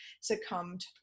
succumbed